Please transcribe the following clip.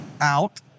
out